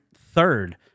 third